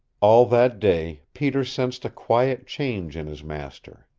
all that day peter sensed a quiet change in his master.